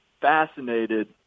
fascinated